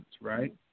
Right